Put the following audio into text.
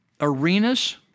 arenas